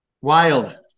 Wild